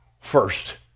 First